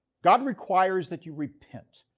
god requires that you repent.